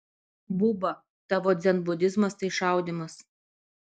buba tavo dzenbudizmas tai šaudymas